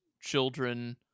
children